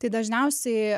tai dažniausiai